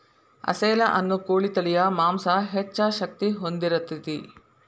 ಅಸೇಲ ಅನ್ನು ಕೋಳಿ ತಳಿಯ ಮಾಂಸಾ ಹೆಚ್ಚ ಶಕ್ತಿ ಹೊಂದಿರತತಿ